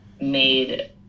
made